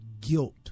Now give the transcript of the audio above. guilt